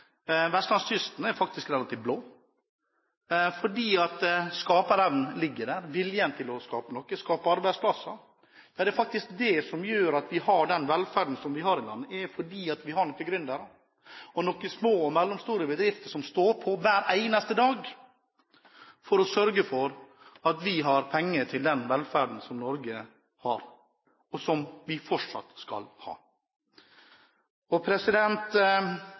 Vestlandskysten er faktisk relativt blå, fordi skaperevnen ligger der og viljen til å skape noe, skape arbeidsplasser. Ja, det er faktisk det som gjør at vi har den velferden vi har i landet, at vi har noen gründere og noen små og mellomstore bedrifter som står på hver eneste dag for å sørge for at vi har penger til den velferden vi har i Norge, og som vi fortsatt skal